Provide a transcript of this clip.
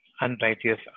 unrighteous